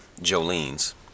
Jolene's